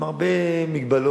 עם הרבה מגבלות,